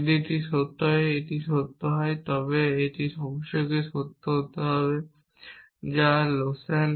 যদি এটি সত্য হয় এবং এটি সত্য হয় তবে এটি অবশ্যই সত্য হবে যা একটি লোশন